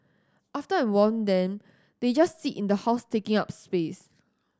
after I've worn them they just sit in the house taking up space